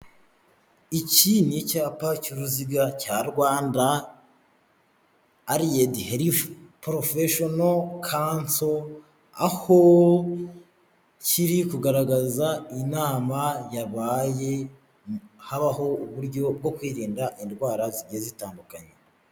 Iki ni icyapa cy'uruziga cya Rwanda Allied Health Professinons Council, aho kiri kugaragaza inama yabaye habaho uburyo bwo kwirinda indwara zijyiye zitandukanye.